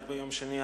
רק ביום שני האחרון.